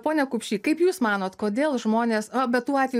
pone kupšy kaip jūs manot kodėl žmonės a be tų atvejų